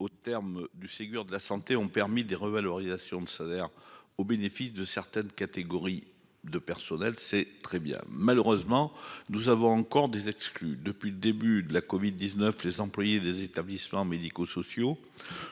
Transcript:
au terme du Ségur de la santé ont permis des revalorisations de salaires au bénéfice de certaines catégories de personnel, c'est très bien. Malheureusement, nous avons encore des exclus. Depuis le début de la Covid 19. Les employés des établissements médico-sociaux